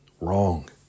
Wrong